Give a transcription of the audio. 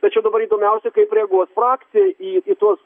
tačiau dabar įdomiausia kaip reaguos frakcija į į tuos